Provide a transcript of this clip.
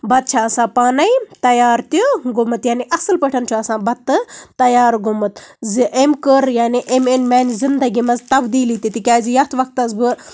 بَتہٕ چھُ آسان پانَے تَیار تہِ گوٚمُت یعنی اَصٕل پٲٹھۍ چھُ آسان بَتہٕ تَیار گوٚمُت زِ أمۍ کٔرۍ یعنی أمۍ أنۍ میٲنہِ زِندگی منٛز تَبدیٖلی تہِ تِکیازِ یَتھ وقتَس بہٕ